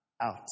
out